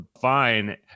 fine